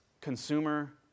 consumer